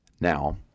Now